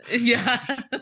Yes